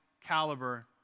caliber